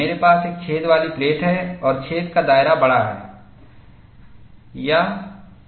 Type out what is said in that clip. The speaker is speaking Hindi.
मेरे पास एक छेद वाली प्लेट है और छेद का दायरा बड़ा है